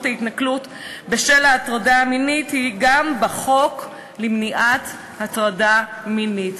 התנכלות בשל הטרדה מינית הוא גם בחוק למניעת הטרדה מינית.